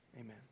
Amen